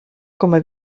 coma